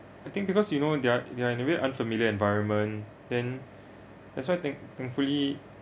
I think because you know they're they're in a way unfamiliar environment then that's why thank thankfully